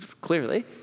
clearly